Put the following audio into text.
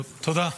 תודה.